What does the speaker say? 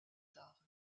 tard